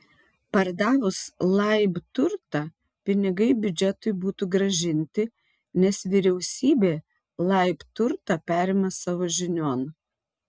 pardavus laib turtą pinigai biudžetui būtų grąžinti nes vyriausybė laib turtą perima savo žinion